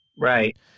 Right